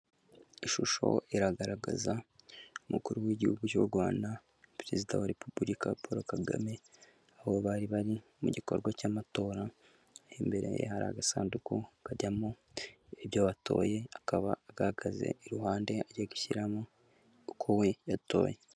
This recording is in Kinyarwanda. Ishusho iragaragaza umukuru w'igihugu cy'u Rwanda perezida wa repubulika Paul Kagame aho bari bari mu gikorwa cy'amatora imbere ye hari agasanduku kajyamo ibyo watoye akaba agahagaze iruhande agiye gushyiramo uko we yatoye.